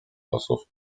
losów